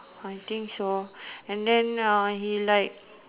I think so and then uh he like